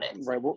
right